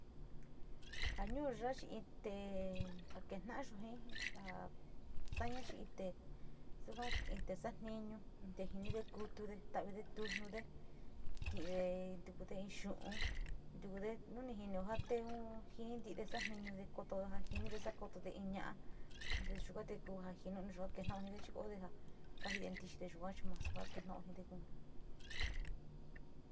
Ja ñuu ya chi in tee ja kesa´ayo ji ja saña chi in tee yuga in tee satiñu, in te jinide kutude, taude tujnude, ki´ide ki ntukude in xu´un, ntukude, nu ni jinio ja teeun jini ti´ide kotade ja jinide sa´ade, kotode in cha´a te yuka ku te ja jinio te ketao jide te ja kajiide ntixi te yua nasu va kee naojide.